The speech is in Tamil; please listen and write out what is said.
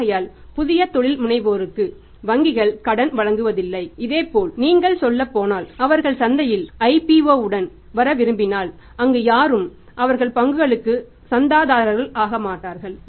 ஆகையால் புதிய தொழில்முனைவோருக்கு வங்கிகள் கடன் வழங்குவதில்லை இதேபோல் நீங்கள் சொல்லப் போனால் அவர்கள் சந்தையில் IPOவுடன் வர விரும்பினால் அங்கு யாரும் அவர்கள் பங்குகளுக்கு சந்தாதாரர்கள் ஆகமாட்டார்கள்